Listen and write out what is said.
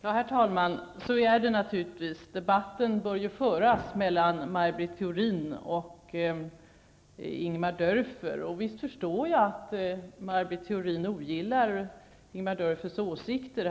Herr talman! Naturligtvis bör debatten föras mellan Maj Britt Theorin och Ingemar Dörfer. Visst förstår jag att Maj Britt Theorin ogillar Ingemar Dörfers åsikter.